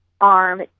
arm